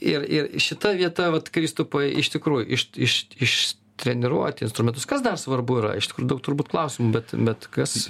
ir ir šita vieta vat kristupai iš tikrųjų išt iš iš treniruoti instrumentus kas dar svarbu yra iš tikrųjų daug turbūt klausimų bet bet kas